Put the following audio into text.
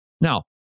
Now